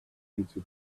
into